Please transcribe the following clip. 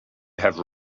have